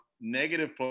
negative